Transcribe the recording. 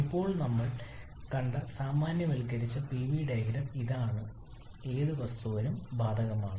ഇപ്പോൾ ഞങ്ങൾ കണ്ട സാമാന്യവൽക്കരിച്ച പിവി ഡയഗ്രം ഇതാണ് ഏത് വസ്തുവിനും ബാധകമാണ്